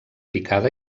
picada